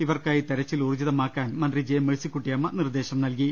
ഇവർക്കായി തിര ച്ചിൽ ഊർജ്ജിതമാക്കാൻ മന്ത്രി ജെ മേഴ്സികുട്ടിയമ്മ നിർദ്ദേശം നൽകി